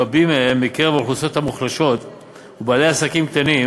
רבים מהם מקרב האוכלוסיות המוחלשות ובעלי עסקים קטנים,